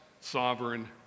sovereign